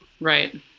Right